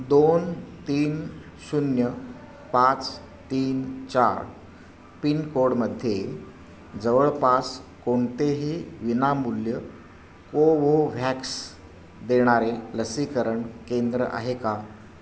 दोन तीन शून्य पाच तीन चार पिनकोडमध्ये जवळपास कोणतेही विनामूल्य कोवोव्हॅक्स देणारे लसीकरण केंद्र आहे का